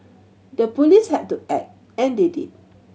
the police had to act and they did